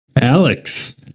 Alex